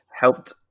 helped